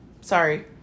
Sorry